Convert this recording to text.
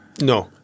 No